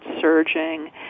surging